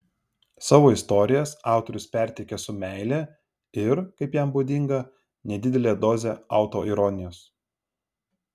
savo istorijas autorius perteikia su meile ir kaip jam būdinga nedidele doze autoironijos